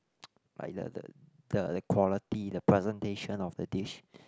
like the the the quality the presentation of the dish